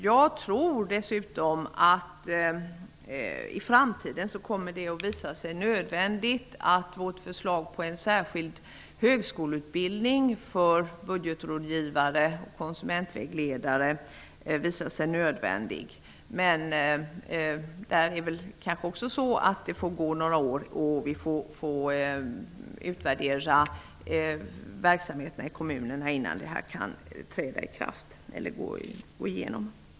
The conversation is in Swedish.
Jag tror dessutom att det i framtiden kommer att visa sig nödvändigt att genomföra vårt förslag till en särskild högskoleutbildning för budgetrådgivare och konsumentvägledare. Men det får väl gå några år och sedan göras en utvärdering av verksamheterna i kommunerna innan förslaget kan gå igenom.